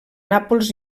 nàpols